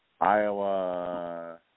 Iowa –